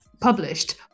published